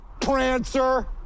Prancer